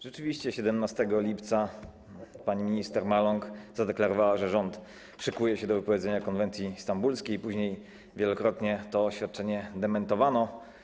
Rzeczywiście 17 lipca pani minister Maląg zadeklarowała, że rząd szykuje się do wypowiedzenia konwencji stambulskiej, i później wielokrotnie to oświadczenie dementowano.